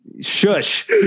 Shush